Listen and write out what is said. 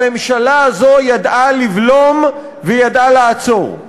הממשלה הזאת ידעה לבלום וידעה לעצור.